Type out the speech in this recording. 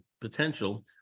potential